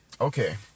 Okay